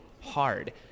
hard